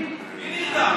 אבל יש בעיה,